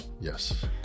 Yes